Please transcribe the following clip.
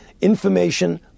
information